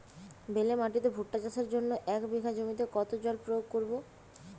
বেলে মাটিতে ভুট্টা চাষের জন্য এক বিঘা জমিতে কতো জল প্রয়োগ করব?